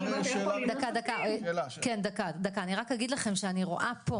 רק אגיד לכם שאני רואה פה,